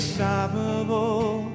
unstoppable